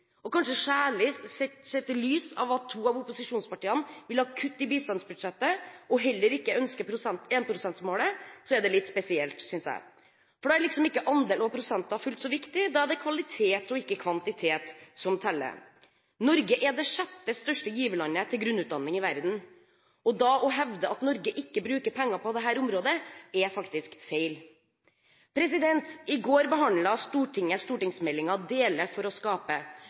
og kanskje særlig sett i lys av at to av opposisjonspartiene vil kutte i bistandsbudsjettet og heller ikke ønsker 1 pst.-målet – det er litt spesielt, synes jeg. Da er liksom ikke andeler og prosenter fullt så viktig, da er det kvalitet og ikke kvantitet som teller. Når det gjelder grunnutdanning, er Norge det sjette største giverlandet i verden, og da å hevde at Norge ikke bruker penger på dette området, er faktisk feil. I går behandlet Stortinget stortingsmeldingen Dele for å skape,